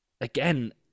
again